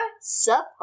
support